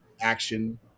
action